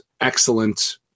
excellent